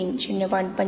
३ ०